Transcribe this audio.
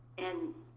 and